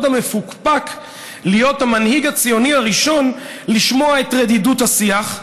המפוקפק להיות המנהיג הציוני הראשון לשמוע את רדידות השיח,